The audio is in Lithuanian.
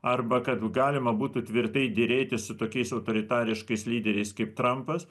arba kad galima būtų tvirtai derėtis su tokiais autoritariškais lyderiais kaip trampas